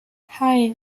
hei